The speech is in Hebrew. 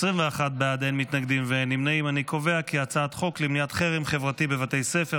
את הצעת חוק למניעת חרם חברתי בבתי ספר,